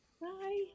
Bye